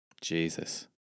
Jesus